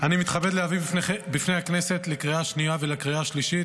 אני מתכבד להביא בפני הכנסת לקריאה השנייה ולקריאה השלישית